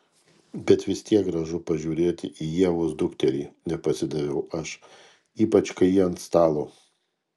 bet vis tiek gražu pažiūrėti į ievos dukterį nepasidaviau aš ypač kai ji ant stalo